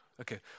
Okay